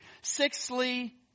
Sixthly